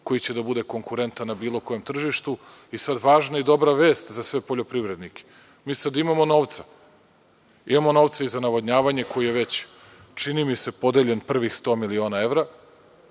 koji će da bude konkurentan na bilo kojem tržištu. Važna i dobra vest za sve poljoprivrednike, mi sada imamo novca. Imamo novca i za navodnjavanje koje je već podeljeno, prvih 100 miliona evra,